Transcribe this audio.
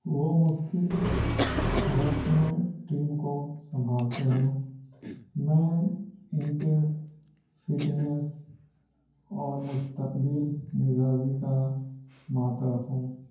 وہ مسکل وقت میں ٹیم کو سنبھالتے ہیں میں ان کے فٹنیس اور مستقبل مزازی کا معترف ہوں